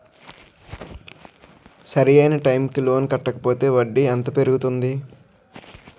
సరి అయినా టైం కి లోన్ కట్టకపోతే వడ్డీ ఎంత పెరుగుతుంది?